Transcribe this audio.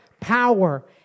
Power